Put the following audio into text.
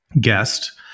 Guest